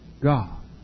God